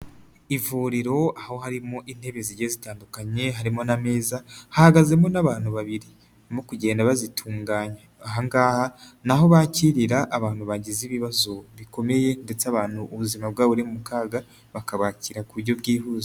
Ivuriro aho harimo intebe zigiye zitandukanye harimo n'ameza hahagazemo n'abantu babiri barimo kugenda bazitunganya, aha ngaha ni aho bakirira abantu bagize ibibazo bikomeye ndetse abantu ubuzima bwabo buri mu kaga bakabakira ku buryo bwihuse.